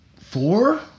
four